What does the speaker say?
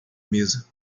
mesa